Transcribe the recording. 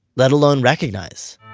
let alone recognize